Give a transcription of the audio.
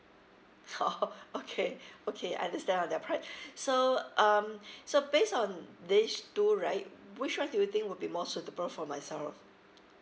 oh okay okay I understand on that part so um so based on this two right which one do you think would be more suitable for myself